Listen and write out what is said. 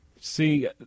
See